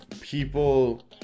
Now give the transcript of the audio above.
people